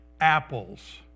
apples